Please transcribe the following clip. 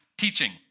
Teaching